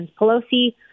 Pelosi